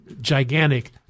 gigantic